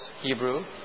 Hebrew